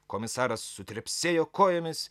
komisaras sutrepsėjo kojomis